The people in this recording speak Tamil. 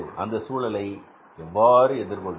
அந்த சூழலை எவ்வாறு எதிர்கொள்வது